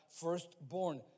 firstborn